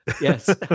yes